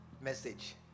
message